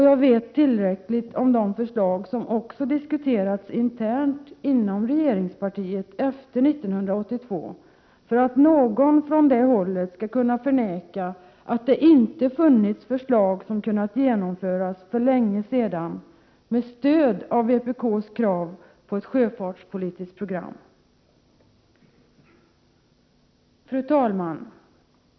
Jag vet tillräckligt om de förslag som också diskuterats internt inom regeringspartiet efter 1982 för att inte någon från det hållet skall kunna förneka att det funnits förslag som hade kunnat genomföras för länge sedan med stöd av vpk:s krav på ett sjöfartspolitiskt program. Fru talman!